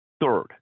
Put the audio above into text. Third